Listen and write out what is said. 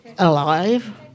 Alive